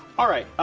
alright, ah,